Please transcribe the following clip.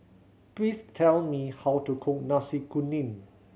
please tell me how to cook Nasi Kuning